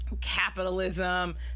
capitalism